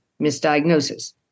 misdiagnosis